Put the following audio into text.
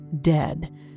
dead